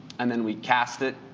and then we cast it.